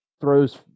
throws